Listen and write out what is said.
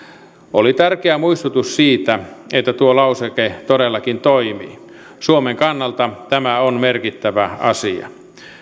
oli tärkeä muistutus siitä että tuo lauseke todellakin toimii suomen kannalta tämä on merkittävä asia